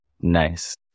Nice